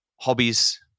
hobbies